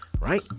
right